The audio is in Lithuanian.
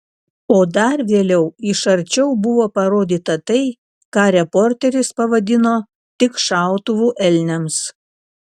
o dar vėliau iš arčiau buvo parodyta tai ką reporteris pavadino tik šautuvu elniams